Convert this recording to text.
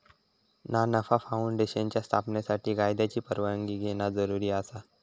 ना नफा फाऊंडेशनच्या स्थापनेसाठी कायद्याची परवानगी घेणा जरुरी आसा